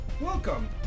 Welcome